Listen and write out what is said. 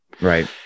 Right